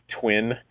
twin